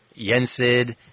Yensid